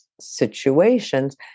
situations